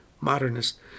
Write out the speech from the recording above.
modernist